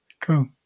Cool